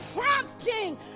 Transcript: prompting